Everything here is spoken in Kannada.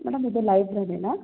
ಮೇಡಮ್ ಇದು ಲೈಬ್ರೆರಿನಾ